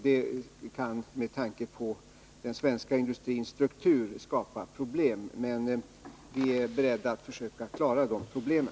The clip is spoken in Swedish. Det kan, med tanke på den svenska industrins struktur, skapa problem, men vi är beredda att försöka klara de problemen.